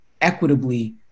equitably